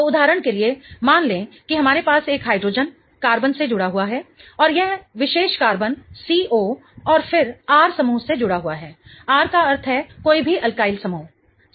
तो उदाहरण के लिए मान लें कि हमारे पास एक हाइड्रोजन कार्बन से जुड़ा हुआ है और वह विशेष कार्बन CO और फिर R समूह से जुड़ा हुआ है R का अर्थ है कोई भी अल्किल समूह है सही